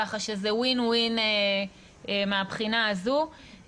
כך שזה win win מהבחינה הזו.